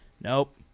Nope